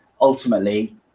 ultimately